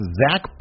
zach